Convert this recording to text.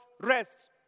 rest